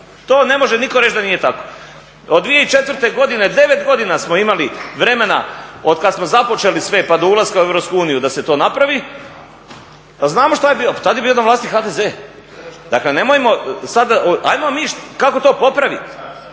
To ne može nitko reći da nije tako. Od 2004. godine 9 godina smo imali vremena otkada smo započeli sve pa do ulaska u Europsku uniju da se to napravi a znamo šta je bilo, pa tada je bio na vlasti HDZ. Dakle nemojmo sada, ajmo mi kako to popraviti.